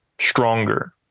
stronger